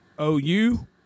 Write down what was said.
OU